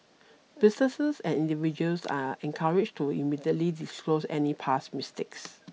businesses and individuals are encouraged to immediately disclose any past mistakes